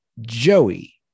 Joey